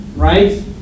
Right